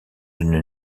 une